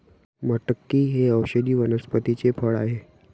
मटकी हे औषधी वनस्पतीचे फळ आहे